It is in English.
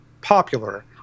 popular